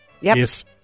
Yes